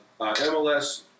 MLS